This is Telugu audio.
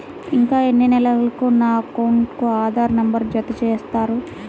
ఇంకా ఎన్ని నెలలక నా అకౌంట్కు ఆధార్ నంబర్ను జత చేస్తారు?